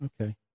Okay